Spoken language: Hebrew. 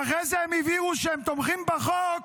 ואחרי זה הם הבהירו שהם תומכים בחוק